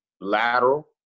lateral